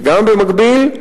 וגם במקביל,